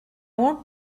want